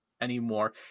anymore